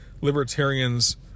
libertarians